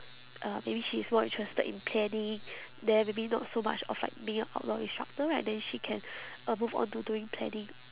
uh maybe she is more interested in planning then maybe not so much of like being a outbound instructor right then she can uh move on to doing planning